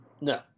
No